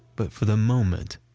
but for the moment,